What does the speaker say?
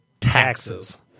Taxes